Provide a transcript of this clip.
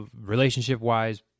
relationship-wise